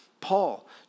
Paul